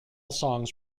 songs